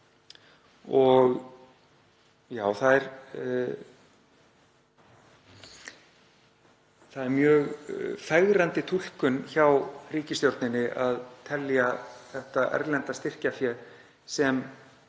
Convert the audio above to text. hætti. Það er mjög fegrandi túlkun hjá ríkisstjórninni að telja þetta erlenda styrkjafé sem